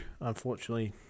unfortunately